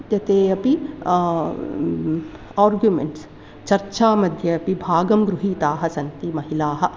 अद्य ते अपि आर्ग्युमेण्ट्स् चर्चामध्ये अपि भागं गृहीताः सन्ति महिलाः